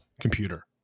computer